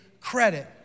credit